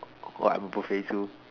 or I'm a buffet too